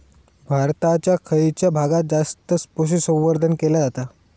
भारताच्या खयच्या भागात जास्त पशुसंवर्धन केला जाता?